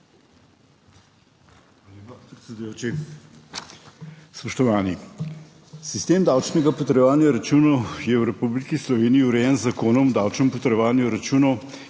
besedo. Sistem davčnega potrjevanja računov je v Republiki Sloveniji urejen z Zakonom o davčnem potrjevanju računov,